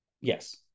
Yes